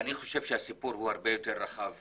אני חושב שהסיפור הוא הרבה יותר רחב,